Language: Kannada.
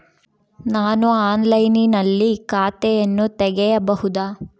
ನಾನು ಆನ್ಲೈನಿನಲ್ಲಿ ಖಾತೆಯನ್ನ ತೆಗೆಯಬಹುದಾ?